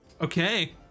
Okay